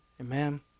Amen